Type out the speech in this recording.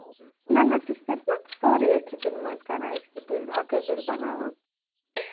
نہَ نہَ سُہ کھسہِ نا سورُے أکۍسٕے بِلہِ منٛز کَران أکۍسٕے بِل اَکٕے بِل بَناوان